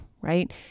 right